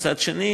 ומצד שני,